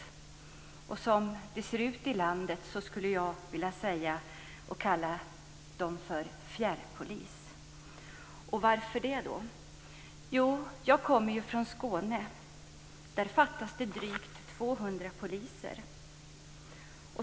Med tanke på hur det ser ut i landet skulle jag vilja kalla den för fjärrpolis. Varför det? Jag kommer från Skåne. Där fattas det drygt 200 poliser.